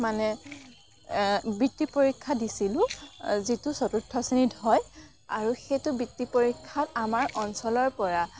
মানে বৃত্তি পৰীক্ষা দিছিলোঁ যিটো চতুৰ্থ শ্ৰেণীত হয় আৰু সেইটো বৃত্তি পৰীক্ষাত আমাৰ অঞ্চলৰ পৰা